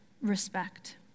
respect